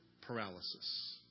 paralysis